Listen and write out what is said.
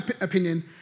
opinion